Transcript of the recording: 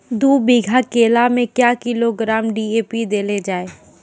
दू बीघा केला मैं क्या किलोग्राम डी.ए.पी देले जाय?